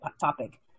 topic